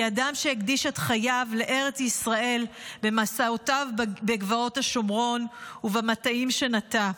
כאדם שהקדיש את חייו לארץ ישראל במסעותיו בגבעות השומרון ובמטעים שנטע.